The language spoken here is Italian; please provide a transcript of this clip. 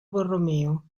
borromeo